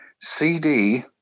CD